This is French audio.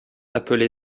appelée